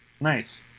Nice